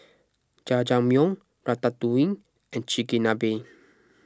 Jajangmyeon Ratatouille and Chigenabe